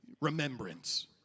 remembrance